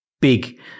big